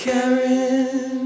Karen